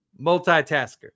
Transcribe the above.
multitasker